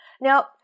Now